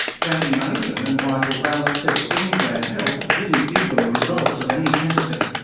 cathy mason and michael vallance said queensland health didn't give them the results of any testing.